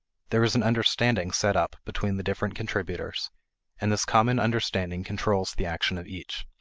there is an understanding set up between the different contributors and this common understanding controls the action of each.